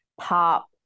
pop